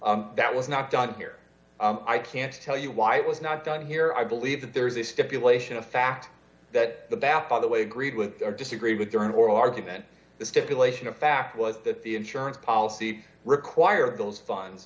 itself that was not done here i can't tell you why it was not done here i believe that there is a stipulation of fact that the back of the way agreed with or disagree with their own oral argument the stipulation of fact was that the insurance policy require those funds